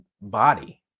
body